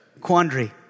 quandary